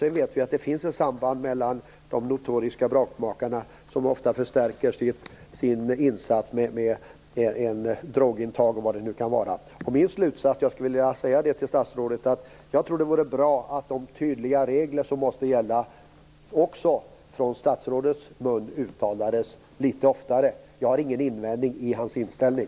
Sedan vet vi att de notoriska bråkmakarna ofta förstärker sitt agerande med drogintag o.d. Min slutsats är: Jag tror att det vore bra om de tydliga regler som måste gälla också uttalades från statsrådets mun litet oftare. Jag har ingen invändning när det gäller statsrådets inställning.